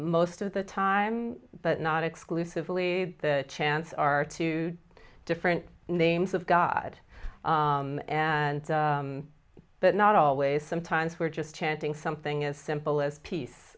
most of the time but not exclusively the chants are two different names of god and that not always sometimes we're just chanting something as simple as peace